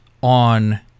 on